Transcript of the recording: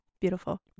beautiful